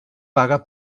paga